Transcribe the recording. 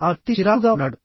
ఆ వ్యక్తి చిరాకుగా ఉన్నాడు